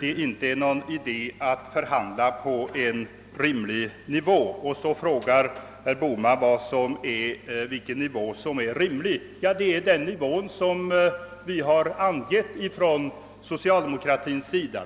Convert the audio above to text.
det inte är någon idé att förhandla på en rimlig nivå, och så frågar herr Bohman vilken nivå som är rimlig. Det är den nivå som vi har angett från socialdemokratins sida.